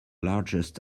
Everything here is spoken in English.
largest